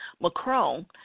Macron